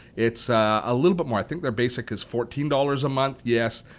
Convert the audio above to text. it's a little bit more. i think their basic is fourteen dollars a month, yes,